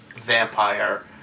vampire